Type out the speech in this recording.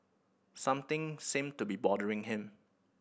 something seem to be bothering him